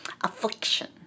affliction